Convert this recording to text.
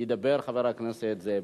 ידבר חבר הכנסת זאב